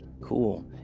Cool